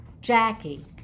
Jackie